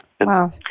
Wow